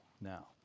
now